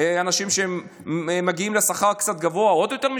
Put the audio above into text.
אנשים שמגיעים לשכר קצת גבוה עוד יותר משלמים.